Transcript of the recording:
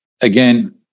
again